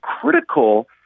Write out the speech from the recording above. critical